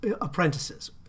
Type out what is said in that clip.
apprentices